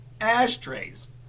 ashtrays